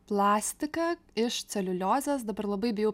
plastiką iš celiuliozės dabar labai bijau